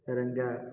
வேறு எங்கே